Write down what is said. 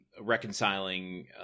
reconciling